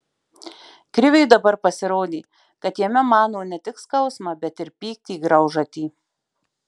kriviui dabar pasirodė kad jame mano ne tik skausmą bet ir pyktį graužatį